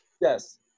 Yes